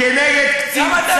כשנגמר הזמן הפרעתי.